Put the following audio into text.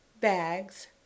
bags